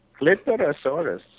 Clitorosaurus